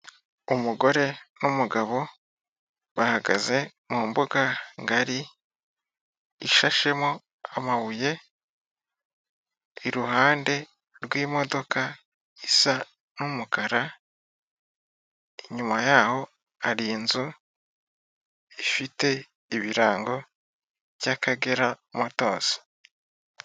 Umugore n'umugabo bahagaze mu mbuga ngari, ishashemo amabuye, iruhande rw'imodoka isa n'umukara, inyuma yaho hari inzu ifite ibirango by'Akagera motozi.